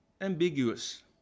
ambiguous